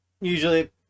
usually